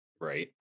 Right